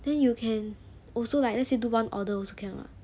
then you can also like lets say do one order also can [what]